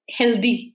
healthy